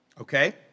Okay